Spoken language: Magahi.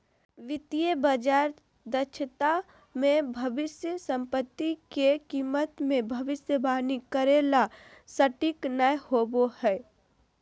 वित्तीय बाजार दक्षता मे भविष्य सम्पत्ति के कीमत मे भविष्यवाणी करे ला सटीक नय होवो हय